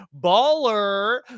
baller